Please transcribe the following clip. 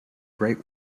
great